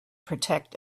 protect